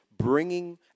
bringing